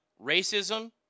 Racism